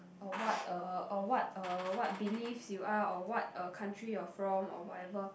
or what uh or what uh what beliefs you are or what uh country you are from or whatever